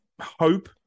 hope